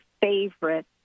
favorite